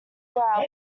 our